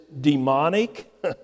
demonic